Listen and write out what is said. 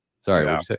Sorry